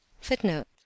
footnote